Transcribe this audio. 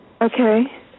Okay